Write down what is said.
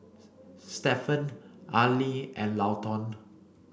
Stephan Arlie and Lawton